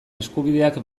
eskubideak